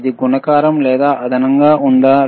ఇది గుణకారం లేదా అదనంగా ఉందా